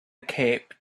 cape